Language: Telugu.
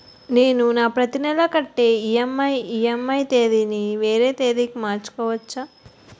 నేను నా ప్రతి నెల కట్టే ఈ.ఎం.ఐ ఈ.ఎం.ఐ తేదీ ని వేరే తేదీ కి మార్చుకోవచ్చా?